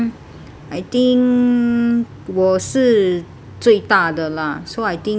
I think 我是最大的 lah so I think